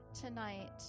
tonight